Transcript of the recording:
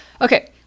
Okay